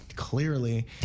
Clearly